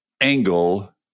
angle